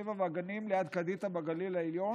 הטבע והגנים ליד קדיתא, בגליל העליון,